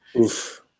Oof